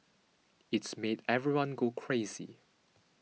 it's made everyone go crazy